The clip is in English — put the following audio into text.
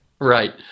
right